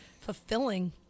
fulfilling